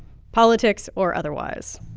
politics or otherwise.